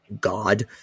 God